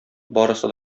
барысы